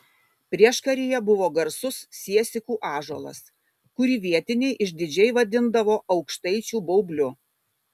prieškaryje buvo garsus siesikų ąžuolas kurį vietiniai išdidžiai vadindavo aukštaičių baubliu